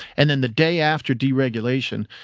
and then the day after deregulation,